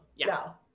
no